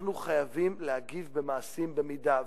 אנחנו חייבים להגיב במעשים במידה.